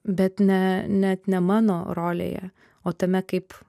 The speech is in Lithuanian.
bet ne net ne mano rolėje o tame kaip